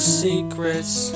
secrets